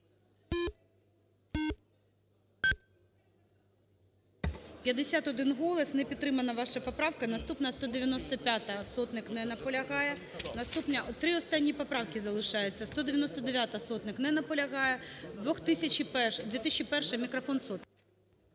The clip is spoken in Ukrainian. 51 голос. Не підтримана ваша поправка. Наступна – 195-а, Сотник. Не наполягає. Три останні поправки залишаються. 199-а, Сотник. Не наполягає. 201-а. Мікрофон Сотник.